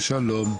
שלום,